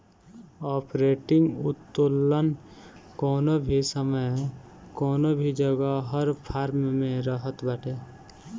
operating उत्तोलन कवनो भी समय कवनो भी जगह हर फर्म में रहत बाटे